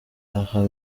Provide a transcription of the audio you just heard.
aha